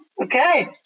okay